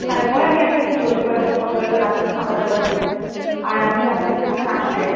তার পর আমি আপনাকে বলতে পারব যে কত টাকা লাগবে খাবার দাবারের মধ্যে আর আমি আপনাকে যখন আসবেন